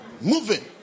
Moving